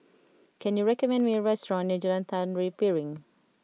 can you recommend me a restaurant near Jalan Tari Piring